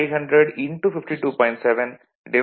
71000 600 KVA